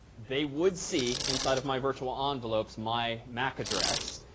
they would see inside of my virtual envelopes, my mac address.